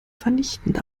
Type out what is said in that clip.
vernichtend